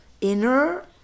Inner